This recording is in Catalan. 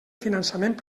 finançament